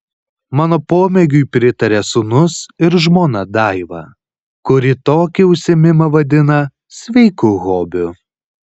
mano pomėgiui pritaria sūnus ir žmona daiva kuri tokį užsiėmimą vadina sveiku hobiu